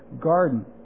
garden